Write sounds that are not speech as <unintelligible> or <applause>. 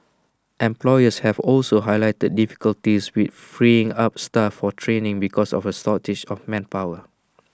employers have also highlighted difficulties with freeing up staff for training because of A <unintelligible> of manpower